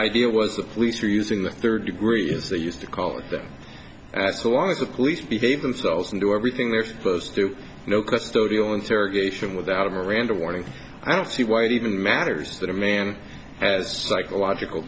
idea was the police are using the third degree as they used to call them and that's one of the police behave themselves and do everything they're supposed to know custodial interrogation without a miranda warning i don't see why the even matters that a man has psychological